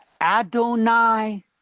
adonai